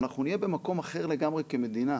אנחנו נהיה במקום אחר לגמרי כמדינה,